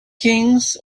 kings